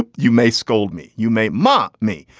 and you may scold me, you may mock me.